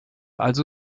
also